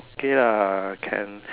okay lah can